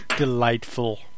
Delightful